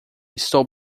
estou